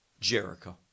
Jericho